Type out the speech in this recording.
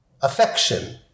affection